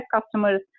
customers